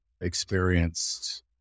experienced